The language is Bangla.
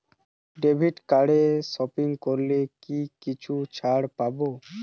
ক্রেডিট কার্ডে সপিং করলে কি কিছু ছাড় পাব?